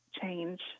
change